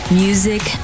music